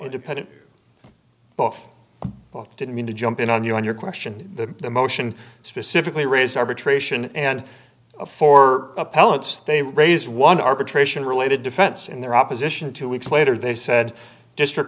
independent both both didn't mean to jump in on you on your question the motion specifically raised arbitration and for the pellets they raised one arbitration related defense in their opposition two weeks later they said district